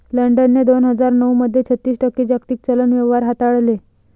लंडनने दोन हजार नऊ मध्ये छत्तीस टक्के जागतिक चलन व्यवहार हाताळले